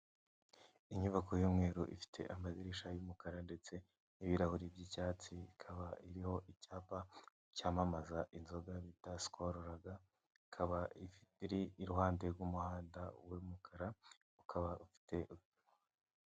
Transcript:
Inyubako y'umweru ifite amadirishya y'umukara ndetse n'ibirahuri by'icyatsi ikaba iriho icyapa cyamamaza inzoga bita Sikolo Laga ikaba iri iruhande rw'umuhanda w'umukara ikaba ifite.